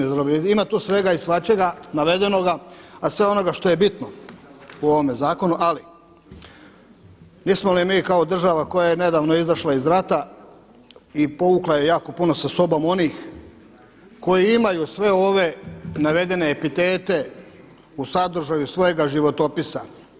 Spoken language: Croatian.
Ima tu svega i svačega navedenoga, a sve ono što je bitno u ovome zakonu, ali nismo li mi kao država koja je nedavno izašla iz rata i povukla je jako puno sa sobom onih koji imaju sve ove navedene epitete u sadržaju svojega životopisa.